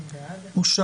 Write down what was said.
הצבעה התקנות אושרו.